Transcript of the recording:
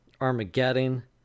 Armageddon